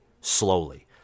slowly